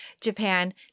Japan